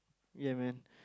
ya man